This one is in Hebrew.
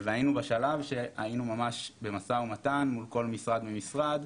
והיינו בשלב שהיינו ממש במשא ומתן מול כל משרד ומשרד,